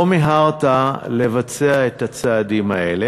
לא מיהרת לבצע את הצעדים האלה.